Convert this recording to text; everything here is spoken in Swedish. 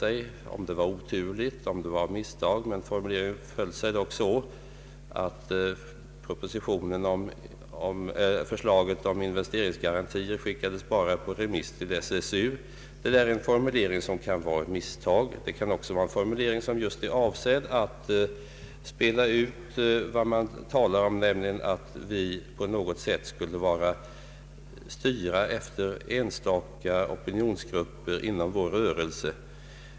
Det kanske var oturligt eller av misstag, men formuleringen föll sig så, att förslaget om investeringsgarantier endast hade skickats på remiss till SSU. Det är en formulering som kan ha gjorts av misstag eller också är avsedd att spela ut det man talar om, nämligen att vi på något sätt skulle styra efter enstaka opinionsgrupper inom vår rörelse.